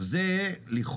שבוע טוב.